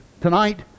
tonight